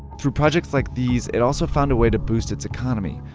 through projects like these, it also found a way to boost its economy.